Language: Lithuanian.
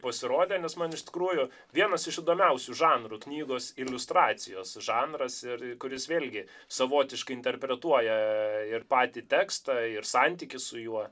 pasirodė nes man iš tikrųjų vienas iš įdomiausių žanrų knygos iliustracijos žanras ir kuris vėlgi savotiškai interpretuoja ir patį tekstą ir santykį su juo